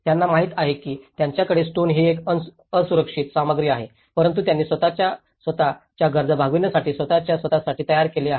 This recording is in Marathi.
त्यांना माहित आहे की त्यांच्याकडे स्टोन ही एक असुरक्षित सामग्री आहे परंतु त्यांनी स्वत च्या स्वत च्या गरजा भागवण्यासाठी स्वत च्या स्वतःसाठी तयार केले आहे